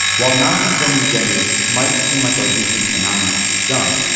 while nonconforming genders might seem like a recent phenomenon to some,